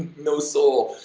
no soul!